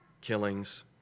killings